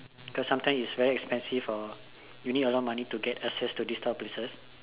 cause sometimes it's very expensive or you need a lot of money to get excess to this kind of places